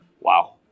Wow